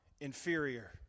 inferior